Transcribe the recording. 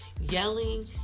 Yelling